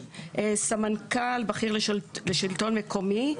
סמנכ"ל בכיר לשלטון מקומי.